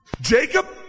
Jacob